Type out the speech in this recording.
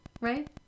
right